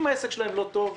אם העסק שלהם לא טוב,